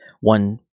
one